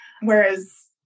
Whereas